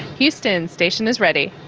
houston, station is ready